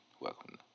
welcome